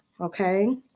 okay